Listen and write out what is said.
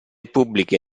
pubbliche